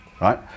right